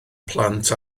plant